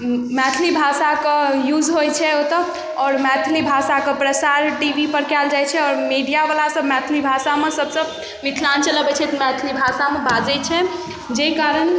मैथिली भाषाके यूज होइ छै ओतऽ आओर मैथिली भाषाके प्रसारित टी वी पर कयल जाइ छै मीडियावला सब मैथिली भाषामे सबसँ मिथिलाञ्चल अबै छै तऽ मैथिली भाषामे बाजै छै जै कारण